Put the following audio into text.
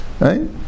Right